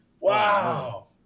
Wow